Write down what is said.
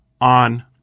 on